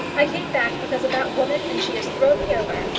i came back because of that woman, and she has thrown me over.